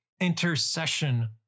intercession